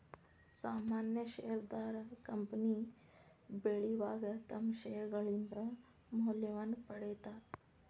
ಸಾಮಾನ್ಯ ಷೇರದಾರ ಕಂಪನಿ ಬೆಳಿವಾಗ ತಮ್ಮ್ ಷೇರ್ಗಳಿಂದ ಮೌಲ್ಯವನ್ನ ಪಡೇತಾರ